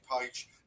page